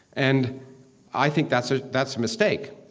and i think that's ah that's a mistake.